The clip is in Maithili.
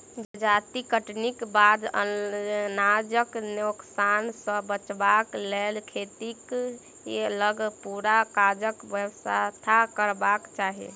जजाति कटनीक बाद अनाजक नोकसान सॅ बचबाक लेल खेतहि लग पूरा काजक व्यवस्था करबाक चाही